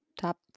top